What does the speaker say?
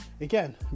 again